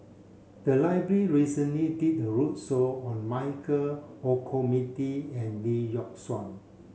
the library recently did a roadshow on Michael Olcomendy and Lee Yock Suan